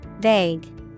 Vague